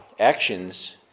Actions